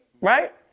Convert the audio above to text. right